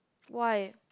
why